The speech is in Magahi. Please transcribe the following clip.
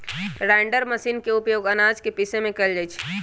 राइण्डर मशीर के उपयोग आनाज के पीसे में कइल जाहई